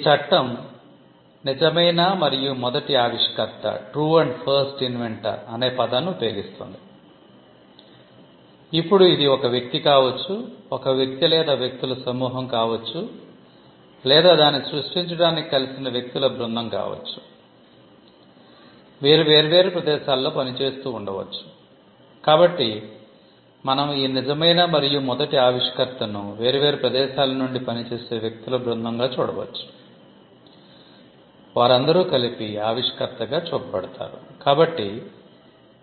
ఈ చట్టం 'నిజమైన మరియు మొదటి ఆవిష్కర్త' వేరే